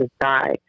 die